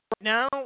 now